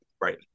Right